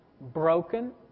Broken